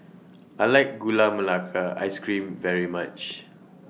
I like Gula Melaka Ice Cream very much